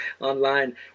online